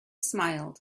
smiled